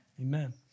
Amen